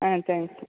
ஆ thanks